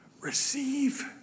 Receive